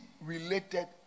related